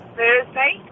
Thursday